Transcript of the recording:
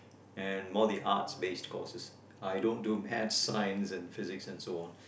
and more the Arts based courses I don't do Math science and Physic and so on